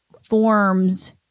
forms